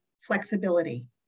flexibility